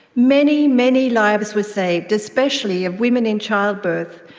many, many lives were saved, especially of women in childbirth,